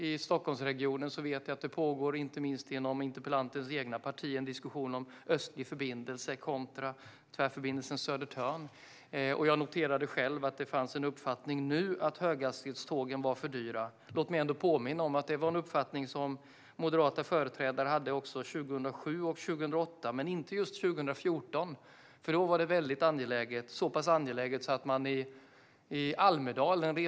I Stockholmsregionen vet jag att det pågår en diskussion, inte minst inom interpellantens eget parti, om en östlig förbindelse kontra Tvärförbindelse Södertörn. Jag har själv noterat att det nu finns en uppfattning att höghastighetstågen är för dyra. Låt mig påminna om att det var en uppfattning som moderata företrädare hade även 2007 och 2008, men inte 2014. Då var det väldigt angeläget, vilket man redovisade i Almedalen.